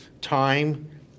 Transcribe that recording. time